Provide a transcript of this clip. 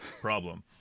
problem